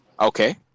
Okay